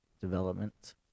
development